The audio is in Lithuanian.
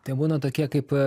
tai būna tokie kaip